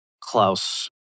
Klaus